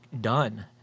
done